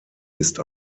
ist